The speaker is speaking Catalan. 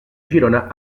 girona